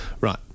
Right